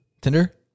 tinder